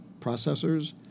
processors